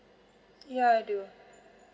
ya I do